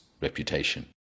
reputation